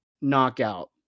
knockout